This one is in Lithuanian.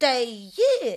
tai ji